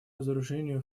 разоружению